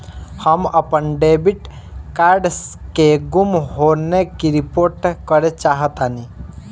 हम अपन debit card के गुम होने की रिपोर्ट करे चाहतानी